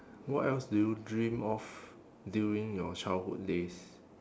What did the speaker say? what else do you dream of during your childhood days